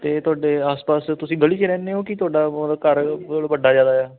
ਅਤੇ ਤੁਹਾਡੇ ਆਸ ਪਾਸ ਤੁਸੀਂ ਗਲੀ 'ਚ ਰਹਿੰਦੇ ਹੋ ਕਿ ਤੁਹਾਡਾ ਮਤਲਬ ਘਰ ਬਹੁਤ ਵੱਡਾ ਜ਼ਿਆਦਾ ਆ